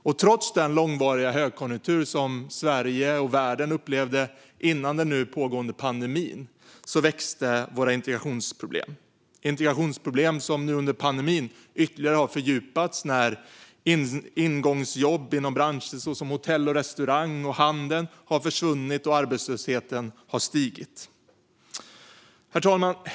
Och trots den långvariga högkonjunktur som Sverige och världen upplevde före den nu pågående pandemin växte våra integrationsproblem. Det är integrationsproblem som under pandemin ytterligare har fördjupats, när ingångjobb inom branscher som hotell och restaurang och handel har försvunnit och arbetslösheten stigit.